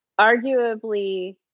arguably